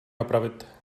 napravit